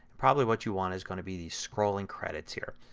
probably what you want is going to be these scrolling credits here.